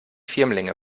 firmlinge